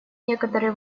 некоторые